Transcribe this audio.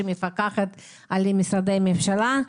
שמפקחת על משרדי הממשלה,